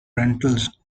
rentals